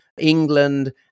England